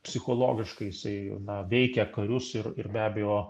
psichologiškai jisai na veikia karius ir ir be abejo